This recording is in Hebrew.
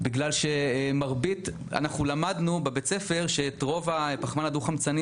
בבית הספר למדנו שאת רוב הפחמן הדו-חמצני